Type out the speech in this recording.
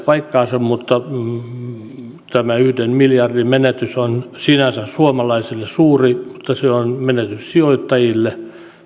paikkaansa tämä yhden miljardin menetys on sinänsä suomalaisille suuri mutta se on menetys sijoittajille